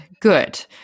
good